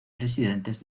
presidentes